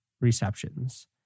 receptions